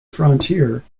frontier